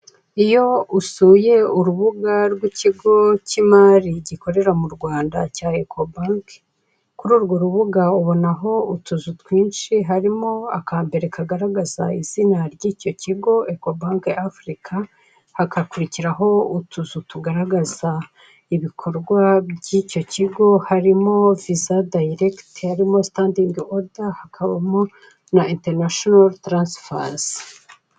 Iyo usuye urubuga rw'ikigo cy'imari gikorera mu Rwanda cya "Ekobanke" kuri urwo rubuga ubonaho utuzu twinshi, harimo akambere kagaragaza izina ry'icyo kigo "Ekobanke Afurika", hakakurikiraho utuzu tugaragaza ibikorwa by'icyo kigo harimo "Viza Dayiregiti", harimo "Sitandingi Oda" hakabamo na "interinashono Tiransifazi".